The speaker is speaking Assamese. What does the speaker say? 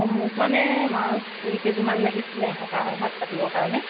অ মোক মানে মাছ দুই কেজিমান লাগিছিলে সকাম এভাগ পাতিবৰ কাৰণে